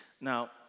Now